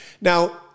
Now